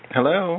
Hello